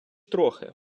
трохи